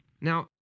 Now